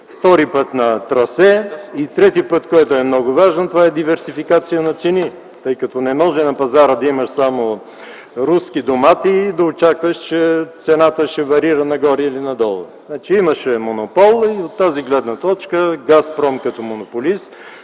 втори път на трасе и трети път, което е много важно, това е диверсификация на цени, тъй като не може на пазара да имаш само руски домати и да очакваш, че цената ще варира нагоре или надолу. Имаше монопол и от тази гледна точка „Газпром” като монополист